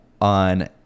on